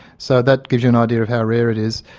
so that gives you an idea of how rare it is.